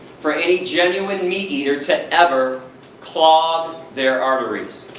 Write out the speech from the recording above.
for any genuine meat eater to ever clog their arteries.